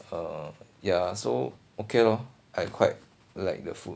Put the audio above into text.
uh ya so okay lor I quite like the food